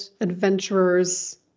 adventurer's